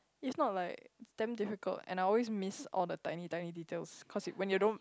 it's not like damn difficult and I always miss all the tiny tiny details cause when you don't